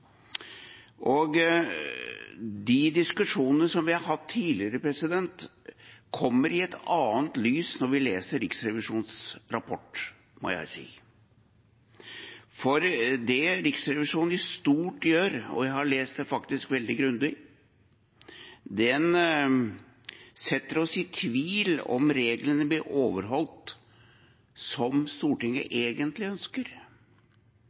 De diskusjonene vi har hatt tidligere, kommer i et annet lys når vi leser Riksrevisjonens rapport, må jeg si. For det Riksrevisjonen i stort gjør, og jeg har faktisk lest dette veldig grundig, er at den setter oss i tvil om reglene blir overholdt som Stortinget egentlig ønsker